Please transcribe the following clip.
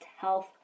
health